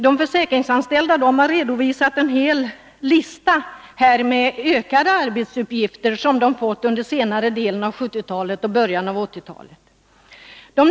De försäkringsanställda har redovisat en lång lista över sådant som medfört ökade arbetsuppgifter för dem under senare delen av 1970-talet och början av 1980-talet.